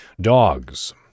dogs